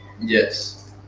Yes